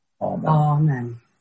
Amen